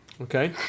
Okay